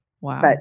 Wow